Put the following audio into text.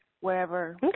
wherever